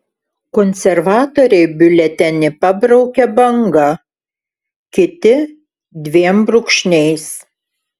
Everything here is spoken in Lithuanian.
konservatoriai biuletenį pabraukia banga kiti dviem brūkšniais